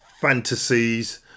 fantasies